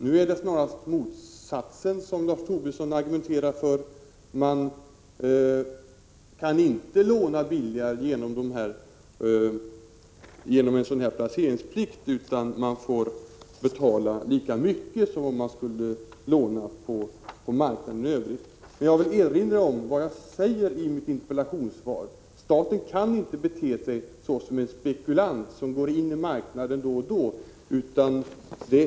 Nu argumenterar Lars Tobisson snarast för motsatsen — man kan inte låna billigare genom en sådan här placeringsplikt utan man får betala lika mycket som om man skulle låna på marknaden i övrigt. Jag vill erinra om vad jag sagt i mitt interpellationssvar. Staten kan inte bete sig som en spekulant, som går in i marknaden då och då.